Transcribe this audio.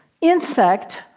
insect